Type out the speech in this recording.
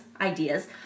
ideas